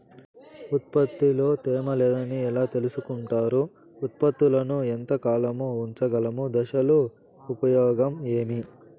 ఉత్పత్తి లో తేమ లేదని ఎలా తెలుసుకొంటారు ఉత్పత్తులను ఎంత కాలము ఉంచగలము దశలు ఉపయోగం ఏమి?